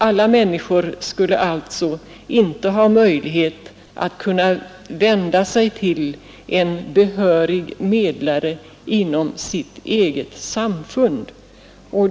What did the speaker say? Alla människor skulle alltså inte ha möjlighet att vända sig till en behörig medlare inom sitt eget samfund.